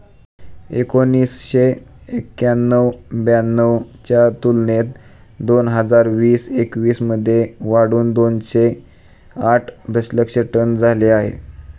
एकोणीसशे एक्क्याण्णव ब्याण्णव च्या तुलनेत दोन हजार वीस एकवीस मध्ये वाढून दोनशे आठ दशलक्ष टन झाले आहे